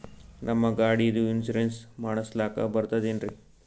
ನಮ್ಮ ಗಾಡಿದು ಇನ್ಸೂರೆನ್ಸ್ ಮಾಡಸ್ಲಾಕ ಬರ್ತದೇನ್ರಿ?